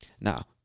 Now